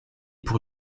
pour